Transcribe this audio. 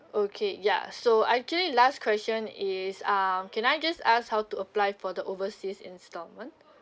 okay ya so I actually last question is um can I just ask how to apply for the overseas instalment